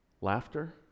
Laughter